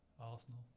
Arsenal